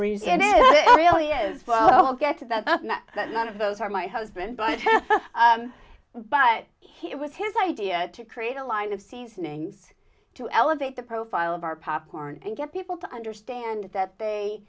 it really is well get to that but none of those are my husband but but it was his idea to create a line of seasonings to elevate the profile of our popcorn and get people to understand that they